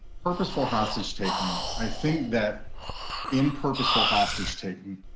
purposeful hostage taking i think that in purposeful hostage taking,